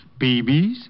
BBs